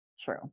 True